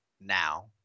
now